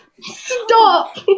Stop